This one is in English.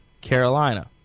Carolina